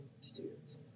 students